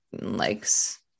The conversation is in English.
likes